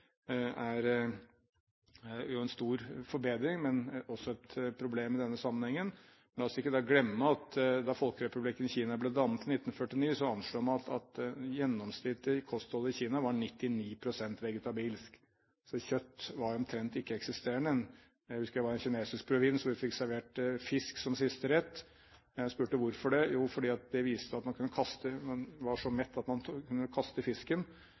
er jo en stor forbedring, men også et problem i denne sammenhengen. La oss ikke glemme at da Folkerepublikken Kina ble dannet i 1949, anslo man at det gjennomsnittlige kostholdet i landet var 99 pst. vegetabilsk. Så kjøtt var omtrent ikke-eksisterende. Jeg husker jeg var i en kinesisk provins hvor vi fikk servert fisk som siste rett. Jeg spurte: Hvorfor det? Jo, fordi det viste at man var så mett at man kunne kaste fisken.